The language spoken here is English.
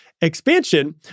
expansion